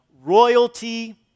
royalty